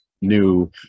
new